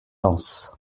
lens